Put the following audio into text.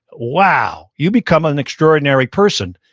wow. you become an extraordinary person,